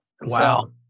Wow